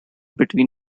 between